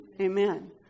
Amen